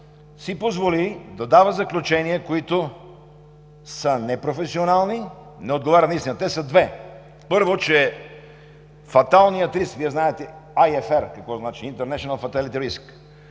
си позволи да дава заключения, които са непрофесионални, не отговарят на истината. Те са две: първо, че фаталният риск, Вие знаете IFR какво значи: International Fatality Risk,